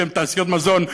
שהן תעשיות מזון,